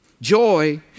Joy